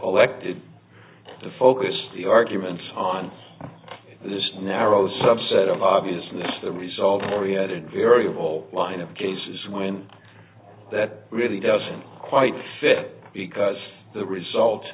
elected the focus of the arguments on this narrow subset of obviousness is the result oriented variable line of cases when that really doesn't quite fit because the result